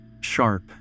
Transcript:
Sharp